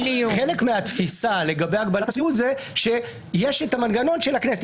חלק מהתפיסה לגבי הגבלת הסבירות זה שיש את המנגנון של הכנסת.